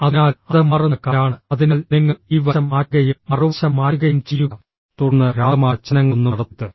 അതിനാൽ അത് മാറുന്ന കാലാണ് അതിനാൽ നിങ്ങൾ ഈ വശം മാറ്റുകയും മറുവശം മാറ്റുകയും ചെയ്യുക തുടർന്ന് ഭ്രാന്തമായ ചലനങ്ങളൊന്നും നടത്തരുത്